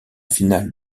finale